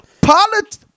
politics